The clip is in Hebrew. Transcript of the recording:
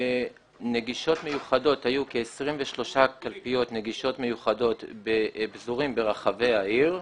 היו -23 קלפיות נגישות מיוחדות פזורים ברחבי העיר,